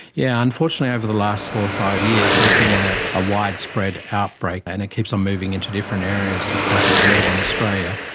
yeah unfortunately over the last four or five years there's been a ah widespread outbreak and it keeps on moving into different areas across northern australia.